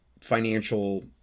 financial